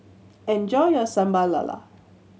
enjoy your Sambal Lala